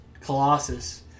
Colossus